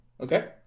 Okay